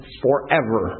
forever